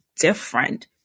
different